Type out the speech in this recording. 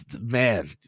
man